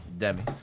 Demi